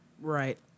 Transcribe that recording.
Right